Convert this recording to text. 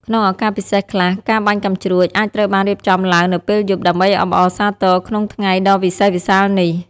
ក្នុងឱកាសពិសេសខ្លះ ការបាញ់កាំជ្រួចអាចត្រូវបានរៀបចំឡើងនៅពេលយប់ ដើម្បីអបអរសាទរក្នុងថ្ងៃដ៏វិសេសវិសាលនេះ។